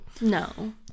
no